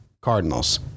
Cardinals